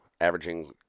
averaging